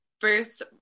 first